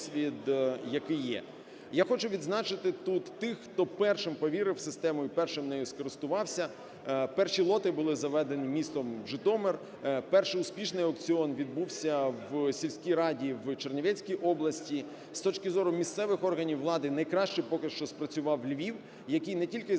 Я хочу відзначити тут тих, хто першим повірив в систему і першим нею скористувався. Перші лоти були заведені містом Житомир. Перший успішний аукціон відбувся в сільській раді в Чернівецький області. З точки зору місцевих органів влади найкраще поки що спрацював Львів, який не тільки завів